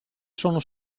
sono